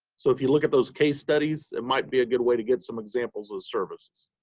so if you look at those case studies it might be a good way to get some examples of service.